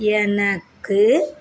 எனக்கு